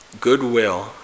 goodwill